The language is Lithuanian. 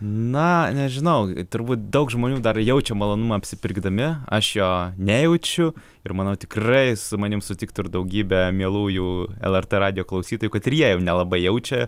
na nežinau turbūt daug žmonių dar jaučia malonumą apsipirkdami aš jo nejaučiu ir manau tikrai su manim sutiktų ir daugybė mielųjų lrt radijo klausytojų kad ir jie jau nelabai jaučia